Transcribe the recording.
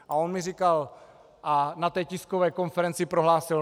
A on mi říkal a na té tiskové konferenci prohlásil: